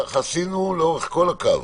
כך עשינו לאורך כל הקו.